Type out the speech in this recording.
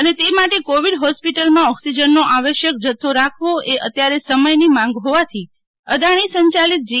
અને તે માટે કોવિડ હોસ્પિટલમાં ઓક્સીજનનો આવશ્યક જથ્થોરાખવો એ અત્યારે સમયની માંગ હોવાથી અદાણી સંચાલિત જી